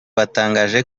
batangaje